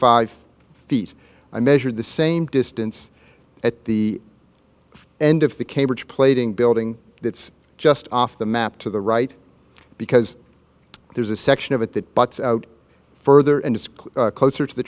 five feet i measured the same distance at the end of the cambridge plaiting building that's just off the map to the right because there's a section of it that but further and it's closer to the